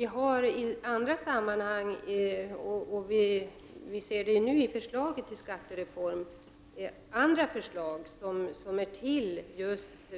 I bl.a. förslaget till skattereform ingår regler som är avsedda att dämpa just